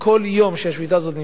כל יום שהשביתה הזאת נמשכת,